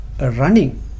running